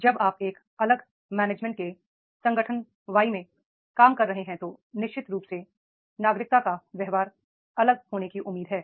जब आप एक अलग मैनेजमेंट के संगठन वाई में काम कर रहे हैं तो निश्चित रूप से नागरिकता का व्यवहार अलग होने की उम्मीद है